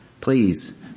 please